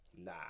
Nah